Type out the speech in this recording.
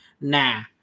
Nah